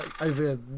over